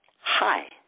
Hi